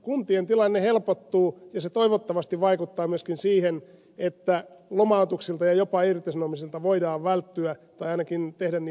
kuntien tilanne helpottuu ja se toivottavasti vaikuttaa myöskin siihen että lomautuksilta ja jopa irtisanomisilta voidaan välttyä tai ainakin tehdään niitä vähemmän